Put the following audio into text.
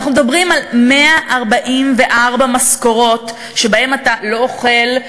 כשאנחנו מדברים על 144 משכורות שבהן אתה לא אוכל,